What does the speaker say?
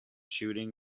shooting